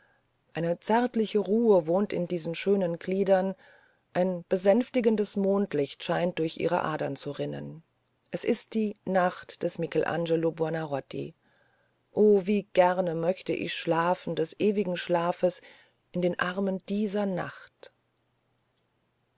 eine zärtliche ruhe wohnt in diesen schönen gliedern ein besänftigendes mondlicht scheint durch ihre adern zu rinnen es ist die nacht des michelangelo buonarroti oh wie gerne möchte ich schlafen des ewigen schlafes in den armen dieser nacht